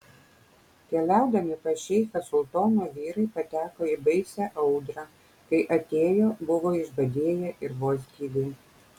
keliaudami pas šeichą sultono vyrai pateko į baisią audrą kai atėjo buvo išbadėję ir vos gyvi